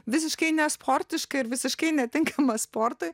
visiškai nesportiška ir visiškai netinkama sportui